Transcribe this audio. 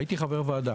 הייתי חבר וועדה.